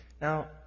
Now